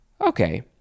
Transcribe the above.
okay